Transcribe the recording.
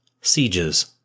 sieges